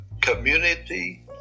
community